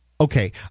okay